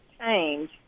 change